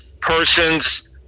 persons